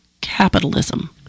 capitalism